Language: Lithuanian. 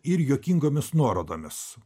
ir juokingomis nuorodomis